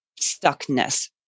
stuckness